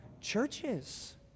churches